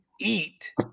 eat